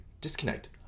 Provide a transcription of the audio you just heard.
disconnect